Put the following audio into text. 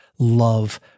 love